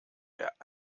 der